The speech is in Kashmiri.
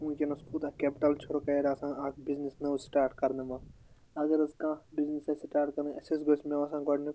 وُنٛکیٚس کوٗتاہ کیٚپٹٕل چھُ رُکایَر آسان اَکھ بِزنیٚس نوٚو سِٹارٹ کَرنہٕ مۄکھ اگر حظ کانٛہہ بِزنیٚس آسہِ سِٹارٹ کَرُن اسہِ حظ گژھ مےٚ باسان گۄڈنیٛک